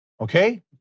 Okay